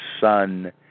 son